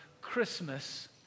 Christmas